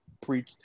preach